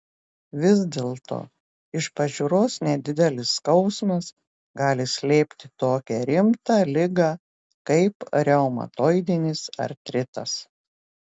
vis dėlto iš pažiūros nedidelis skausmas gali slėpti tokią rimtą ligą kaip reumatoidinis artritas